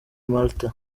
malta